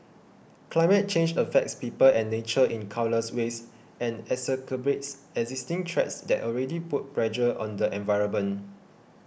climate change affects people and nature in countless ways and exacerbates existing threats that already put pressure on the environment